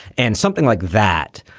and something like that,